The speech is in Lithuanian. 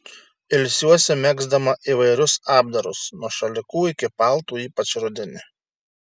ilsiuosi megzdama įvairius apdarus nuo šalikų iki paltų ypač rudenį